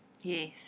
Yes